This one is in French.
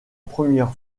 première